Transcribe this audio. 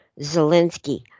Zelensky